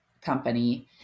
company